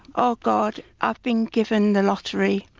oh god, i've been given the lottery,